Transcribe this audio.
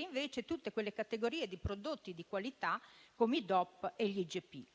invece incluse tutte le categorie di prodotti di qualità, come i DOP e gli IGP.